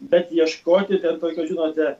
bet ieškokite tokio žinote